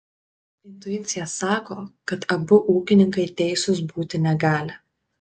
intuicija sako kad abu ūkininkai teisūs būti negali